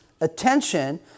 attention